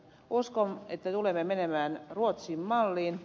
uskon että tulemme menemään ruotsin malliin